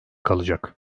kalacak